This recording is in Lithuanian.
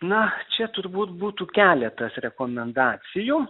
na čia turbūt būtų keletas rekomendacijų